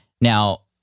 Now